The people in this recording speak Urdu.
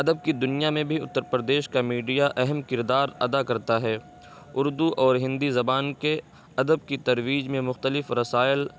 ادب کی دنیا میں بھی اترپردیش کا میڈیا اہم کردار ادا کرتا ہے اردو اور ہندی زبان کے ادب کی ترویج میں مختلف رسائل